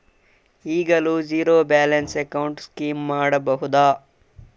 ಈಗಲೂ zero balance account scheme ಮಾಡಬಹುದಾ?